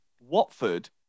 Watford